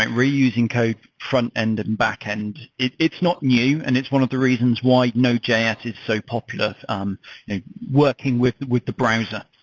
and we're using code front-end and backend. it's not new and it's one of the reasons why node js is so popular um and working with with the browser.